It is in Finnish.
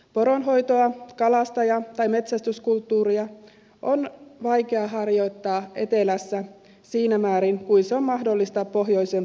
poronhoitoa kalastaja tai metsästyskulttuuria on vaikea harjoittaa etelässä siinä määrin kuin se on mahdollista pohjoisen perukoilla